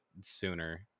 sooner